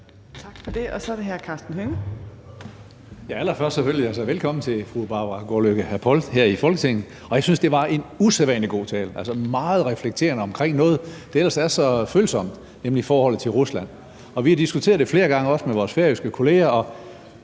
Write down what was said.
hr. Karsten Hønge. Kl. 17:33 Karsten Hønge (SF): Allerførst vil jeg selvfølgelig sige velkommen til fru Barbara Gaardlykke Apol i Folketinget. Jeg synes, det var en usædvanlig god tale, altså meget reflekterende omkring noget, der ellers er så følsomt, nemlig forholdet til Rusland. Vi har diskuteret det flere gange, også med vores færøske kolleger, og